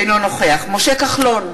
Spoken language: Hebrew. אינו נוכח משה כחלון,